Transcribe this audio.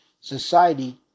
society